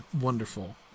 Wonderful